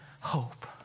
hope